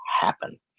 happen